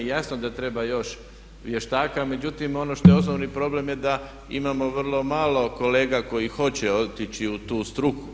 Jasno da treba još vještaka, međutim ono što je osnovni problem je da imamo vrlo malo kolega koji hoće otići u tu struku.